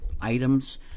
items